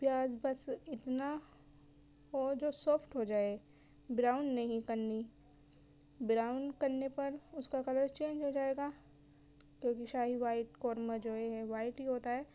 پیاز بس اتنا ہو جو سافٹ ہوجائے براؤن نہیں کرنی براؤن کرنے پر اس کا کلر چینج ہو جائیگا کیونکہ شاہی وائٹ قورمہ جو ہے وائٹ ہی ہوتا ہے